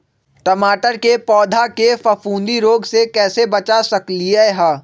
टमाटर के पौधा के फफूंदी रोग से कैसे बचा सकलियै ह?